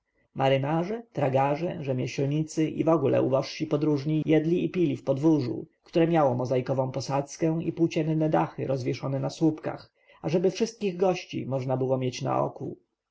marynarze tragarze rzemieślnicy i wogóle ubożsi podróżni jedli i pili w podwórku które miało mozaikową posadzkę i płócienne dachy rozwieszone na słupkach ażeby wszystkich gości można było mieć na oku